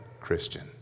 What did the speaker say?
Christian